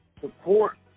support